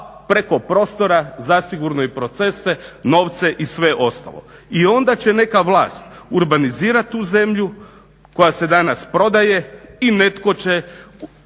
preko prostora zasigurno i procese, novce i sve ostalo. I onda će neka vlast urbanizirat tu zemlju koja se danas prodaje i netko će